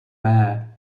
mayor